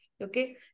okay